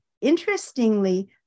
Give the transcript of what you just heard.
interestingly